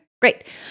Great